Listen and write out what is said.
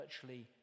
virtually